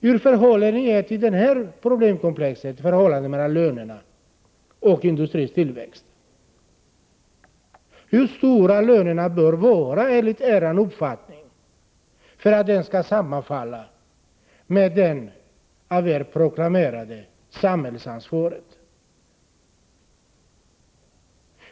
Hur förhåller ni er till det problemkomplex som gäller förhållandet mellan lönerna och industrins tillväxt? Hur höga bör lönerna vara enligt er uppfattning för att det skall sammanfalla med det av er proklamerade samhällsansvaret?